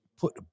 put